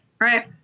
Right